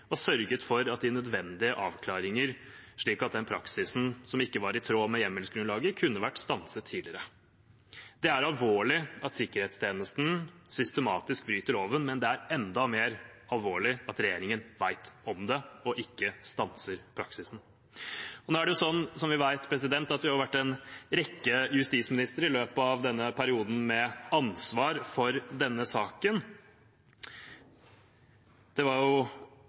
og sørget for de nødvendige avklaringer slik at den praktiseringen som ikke var i tråd med hjemmelsgrunnlaget kunne vært stanset tidligere.» Det er alvorlig at sikkerhetstjenesten systematisk bryter loven, men det er enda mer alvorlig at regjeringen vet om det, og ikke stanser praksisen. Nå har det, som vi vet, vært en rekke justisministre i løpet av denne perioden med ansvar for denne saken. Det var